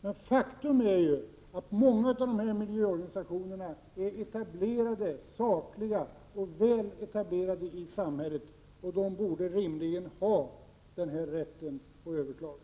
Men faktum är ju att många av dessa miljöorganisationer är sakliga och väl etablerade i samhället, och de borde rimligen ha denna rätt att överklaga.